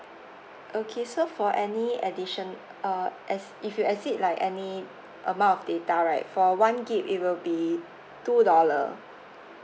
okay so for any addition uh as if you exceed like any amount of data right for one G_B it will be two dollar